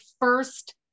first